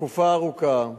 תקופה ארוכה.